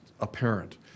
apparent